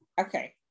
okay